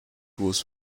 was